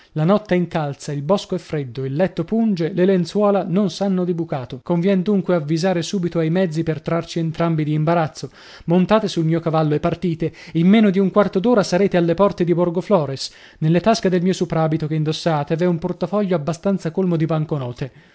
la notte incalza il bosco è freddo il letto punge le lenzuola non sanno di bucato convien dunque avvisare subito ai mezzi per trarci entrambi di imbarazzo montate sul mio cavallo e partite in meno di un quarto d'ora sarete alle porte di borgoflores nelle tasche del mio soprabito che indossate v'è un portafoglio abbastanza colmo di banconote